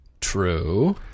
True